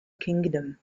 kingdom